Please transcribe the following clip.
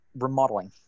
remodeling